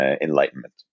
enlightenment